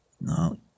No